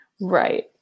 Right